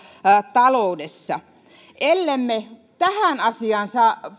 taloudessa ellemme tähän asiaan